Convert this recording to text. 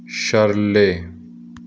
shirley